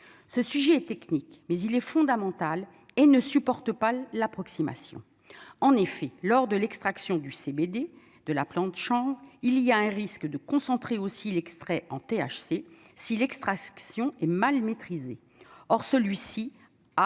ce sujet technique mais il est fondamental et ne supporte pas l'approximation, en effet, lors de l'extraction du CBD de la plante, il y a un risque de concentrer aussi l'extrait en THC si l'extraction et mal maîtrisée, or celui-ci a